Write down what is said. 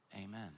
Amen